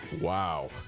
Wow